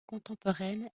contemporaine